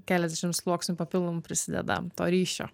keliasdešim sluoksnių papildomų prisideda to ryšio